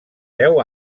deu